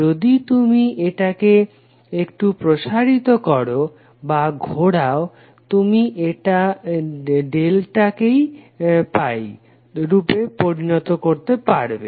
যদি তুমি এটাকে একটু প্রসারিত করো বা ঘোরাও তুমি একটা ডেল্টা কে পাই রূপে পরিনত করতে পারো